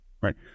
right